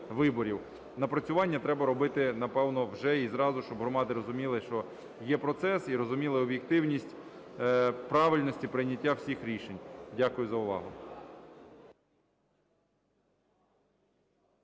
Напрацювання треба робити, напевно, вже і зразу, щоб громади розуміли, що є процес, і розуміли об'єктивність правильності прийняття всіх рішень. Дякую за увагу.